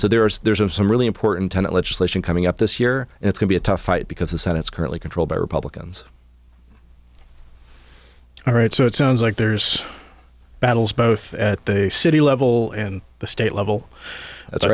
so there's there's of some really important tenant legislation coming up this year and it's could be a tough fight because the senate is currently controlled by republicans all right so it sounds like there's battles both at the city level and the state level that's